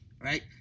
right